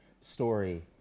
story